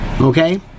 Okay